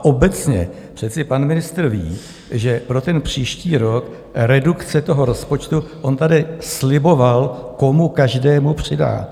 Obecně přece pan ministr ví, že pro příští rok redukce rozpočtu on tady sliboval, komu každému přidá.